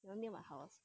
very near my house